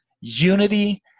Unity